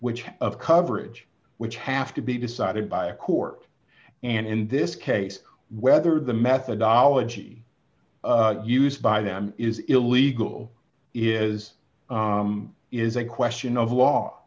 which of coverage which have to be decided by a court and in this case whether the methodology used by them is illegal is is a question of law